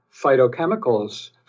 phytochemicals